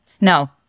no